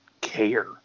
care